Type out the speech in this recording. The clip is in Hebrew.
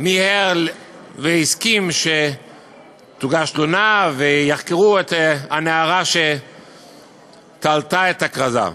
מיהר והסכים שתוגש תלונה ויחקרו את הנערה שתלתה את הכרזה.